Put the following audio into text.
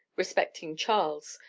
respecting charles,